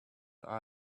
are